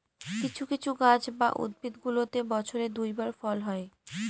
কিছু কিছু গাছ বা উদ্ভিদগুলোতে বছরে দুই বার ফল হয়